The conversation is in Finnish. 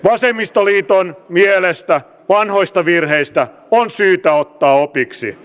vasemmistoliiton mielestä vanhoista virheistä on syytä ottaa opiksi